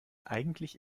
eigentlich